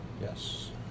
Yes